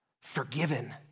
forgiven